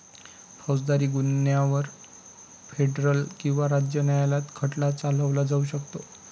फौजदारी गुन्ह्यांवर फेडरल किंवा राज्य न्यायालयात खटला चालवला जाऊ शकतो